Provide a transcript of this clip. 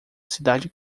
cidade